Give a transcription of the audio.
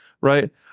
right